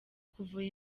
kuvura